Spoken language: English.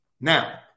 Now